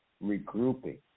regrouping